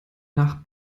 nach